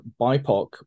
BIPOC